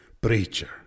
Preacher